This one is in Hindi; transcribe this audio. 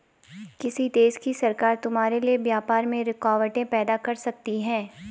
किसी देश की सरकार तुम्हारे लिए व्यापार में रुकावटें पैदा कर सकती हैं